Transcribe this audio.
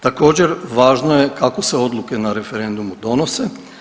Također važno je kako se odluke na referendumu donose.